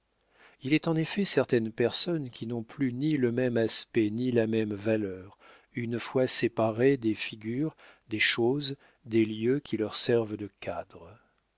il est en effet certaines personnes qui n'ont plus ni le même aspect ni la même valeur une fois séparées des figures des choses des lieux qui leur servent de cadre